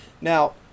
Now